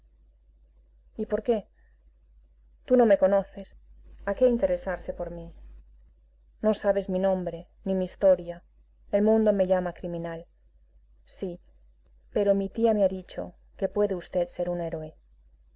y por qué tú no me conoces a qué interesarte por mí no sabes mi nombre ni mi historia el mundo me llama criminal sí pero mi tía me ha dicho que puede v ser un héroe